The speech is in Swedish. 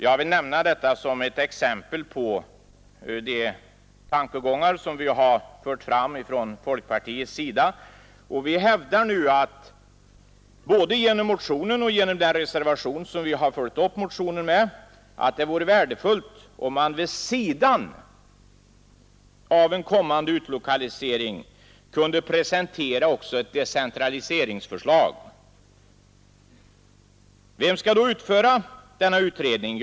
Jag vill nämna detta som ett exempel på de tankegångar som vi fört fram från folkpartiets sida. Vi hävdar nu både genom motio nen och den reservation som vi följt upp motionen med att det vore värdefullt om man vid sidan av en kommande utlokalisering kunde presentera också ett decentraliseringsförslag. Vem skall då utföra den utredningen?